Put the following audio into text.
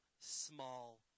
small